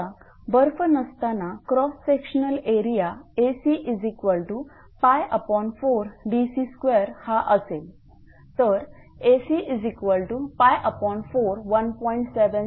आता बर्फ नसताना क्रॉस सेक्शनल एरिया AC4dc2 हा असेल